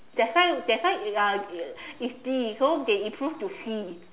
that's why that's why it's uh it's D so they improve to C